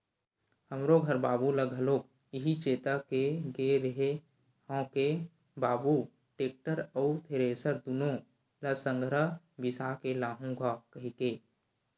हमरो घर बाबू ल घलोक इहीं चेता के गे रेहे हंव के बाबू टेक्टर अउ थेरेसर दुनो ल संघरा बिसा के लाहूँ गा कहिके